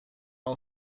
all